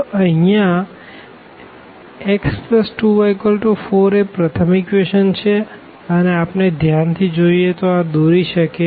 તો અહિયાં x2y4 એ પ્રથમ ઇક્વેશન છે અને આપણે ધ્યાન થી જોઈએ તો આ દોરી શકીએ